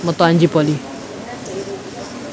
மொத்தோ அஞ்சு:moththo anju polytechnic